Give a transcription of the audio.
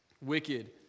wicked